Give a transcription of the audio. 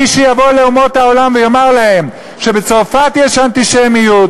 מי שיבוא לאומות העולם ויאמר להם שבצרפת יש אנטישמיות,